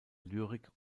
lyrik